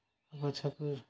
ଗଛକୁ